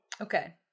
Okay